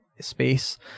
space